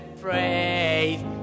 praise